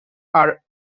are